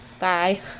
Bye